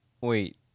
Wait